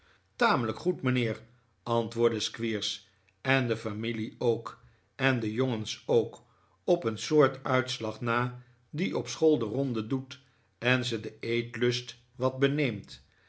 tamelijk goed mijnheer antwoordde squeers en de familie ook en de jongens ook op een soort uitslag na die op school de ronde doet en ze den eetlust wat